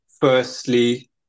firstly